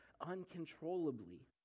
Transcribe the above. uncontrollably